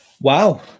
Wow